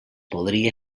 podria